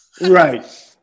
Right